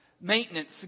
maintenance